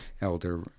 elder